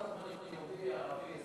למה כל הזמן: יהודי, ערבי?